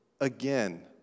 again